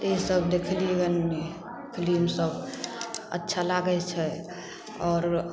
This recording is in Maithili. इसब देखली गने फिलिमसब अच्छा लागै छै आओर